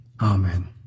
Amen